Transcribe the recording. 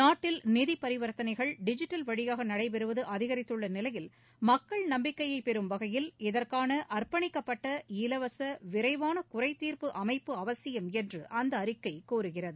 நாட்டில் நிதி பரிவர்த்தனைகள் டிஜிட்டல் வழியாக நடைபெறுவது அதிகரித்துள்ள நிலையில் மக்கள் நம்பிக்கையை பெறும் வகையில் இதற்காள அர்ப்பணிக்கப்பட்ட இலவச விரரவாள குறைதீர்ப்பு அமைப்பு அவசியம் என்று அந்த அறிக்கை கூறுகிறது